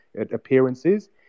appearances